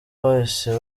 bahise